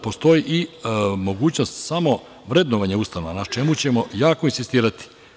Postoji i mogućnost samo vrednovanja ustanova, na čemu ćemo jako insistirati.